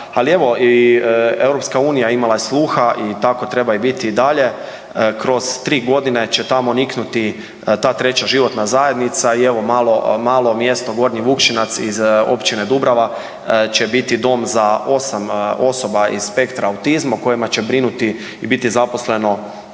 ali evo i EU je imala sluha i tako treba biti i dalje. Kroz 3 godine će tamo niknuti ta treća životna zajednica i evo malo mjesto, malo mjesto Gornji Vukšinac iz općine Dubrava će biti dom za 8 osoba iz spektra autizma o kojima će brinuti i biti zaposleno